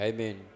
Amen